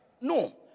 No